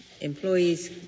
employees